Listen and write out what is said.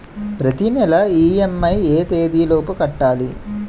ప్రతినెల ఇ.ఎం.ఐ ఎ తేదీ లోపు కట్టాలి?